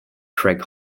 craig